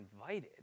invited